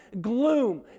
gloom